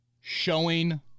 showing